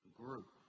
group